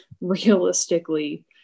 realistically